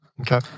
Okay